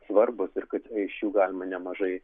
svarbūs ir kad iš jų galima nemažai